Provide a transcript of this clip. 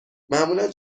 معمولا